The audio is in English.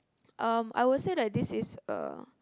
um I would say that this is a